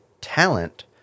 talent